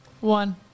one